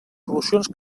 solucions